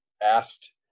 asked